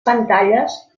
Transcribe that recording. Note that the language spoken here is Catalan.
pantalles